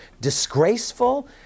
disgraceful